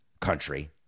country